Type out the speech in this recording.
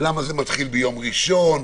למה זה מתחיל ביום ראשון.